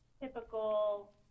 typical